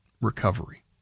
recovery